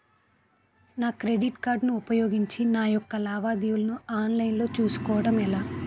నా credit card ఉపయోగించి నా యెక్క లావాదేవీలను ఆన్లైన్ లో చేసుకోవడం ఎలా?